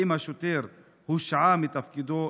4. האם השוטר הושעה מתפקידו?